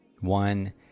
one